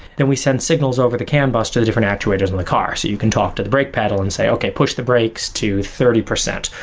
then we send signals over to can bus to the different actuators in the car, so you can talk to the brake pedal and say, okay, push the brakes to thirty percent.